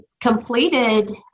completed